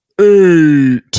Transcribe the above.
eight